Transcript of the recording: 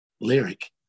lyric